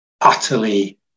utterly